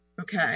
okay